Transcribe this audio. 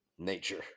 Nature